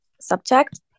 subject